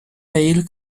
beil